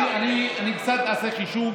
אני קצת אעשה חישוב.